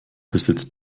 besitzt